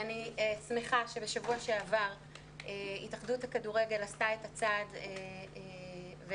ואני שמחה שבשבוע שעבר התאחדות הכדורגל עשתה צעד והכריזה,